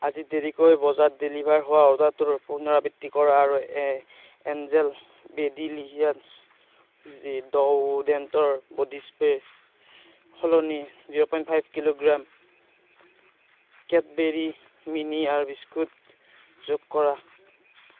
আজি দেৰিকৈ বজাত ডেলিভাৰ হোৱা অৰ্ডাৰটোৰ পুনৰাবৃত্তি কৰা আৰু এঙ্গে'জ বডিলিচিয়াছ ডিঅ'ডৰেণ্টৰ বডিস্প্ৰেৰ সলনি zero point five kilogram Cadbury mini আৰ বিস্কুট যোগ কৰা